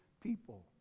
people